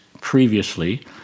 previously